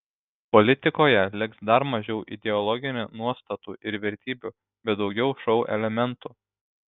politikoje liks dar mažiau ideologinių nuostatų ir vertybių bet daugiau šou elementų